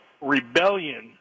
rebellion